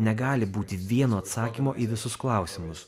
negali būti vieno atsakymo į visus klausimus